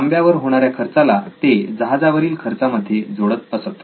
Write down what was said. तांब्यावर होणाऱ्या खर्चाला ते जहाजावरील खर्चामध्ये जोडत असत